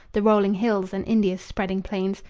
the rolling hills and india's spreading plains,